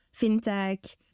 fintech